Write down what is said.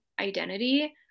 identity